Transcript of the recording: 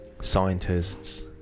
scientists